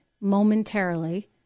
momentarily